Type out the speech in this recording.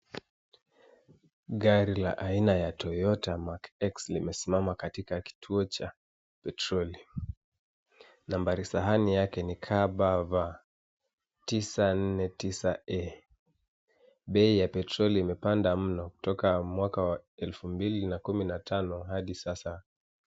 Gari la aina ya Toyota Mark x limesimama katika kituo cha petroli. Nambari sahani yake ni KBV 949E. Bei ya petroli imepanda mno kutoka mwaka wa 2015 hadi sasa.